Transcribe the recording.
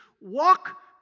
walk